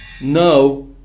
no